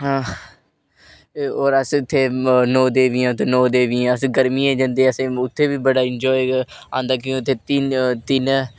हां और अस इत्थै नौ देवियां नौ देवियां अस गर्मियें च जंदे अस उत्थै बी बड़ा इनजॅाए आंदा कि उत्थै तिन